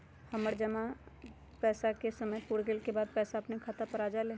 हमर जमा पैसा के समय पुर गेल के बाद पैसा अपने खाता पर आ जाले?